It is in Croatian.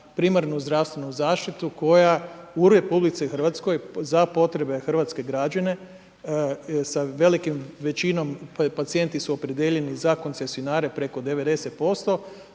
primarnu zdravstvenu zaštitu koja, u RH za potrebe hrvatske građane, sa velikom većinom pacijenti su opredijeljeni za koncesionare preko 90%,